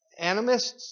Animists